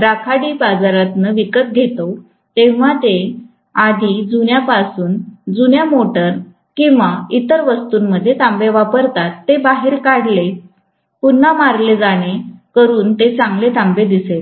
राखाडी बाजारातून विकत घेतो तेव्हा ते आधी पासून जुन्या मोटार किंवा इतर वस्तूंमध्ये तांबे वापरतात ते बाहेर काढले पुन्हा मारले जेणे करून ते चांगले तांबे दिसेल